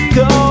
go